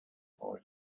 boy